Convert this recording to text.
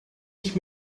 ich